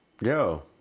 Yo